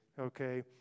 okay